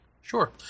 Sure